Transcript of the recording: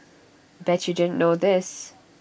bet you didn't know this